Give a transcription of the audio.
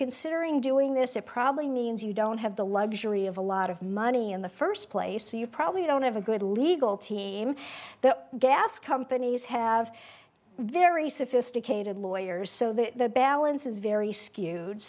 considering doing this it probably means you don't have the luxury of a lot of money in the first place so you probably don't have a good legal team the gas companies have very sophisticated lawyers so that the balance is very skewed